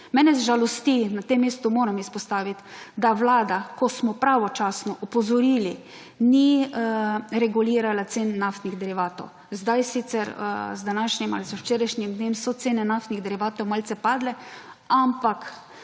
Mene žalosti, na tem mestu moram izpostaviti, da vlada ko smo pravočasno opozorili ni regulirala cen naftnih derivatov. Sedaj sicer z današnjim ali z včerajšnjim den so cene naftnih derivatov malce padle, ampak